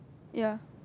ya